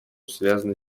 связано